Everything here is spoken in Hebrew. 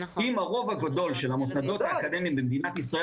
אם הרוב הגדול של המוסדות האקדמיים במדינת ישראל